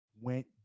went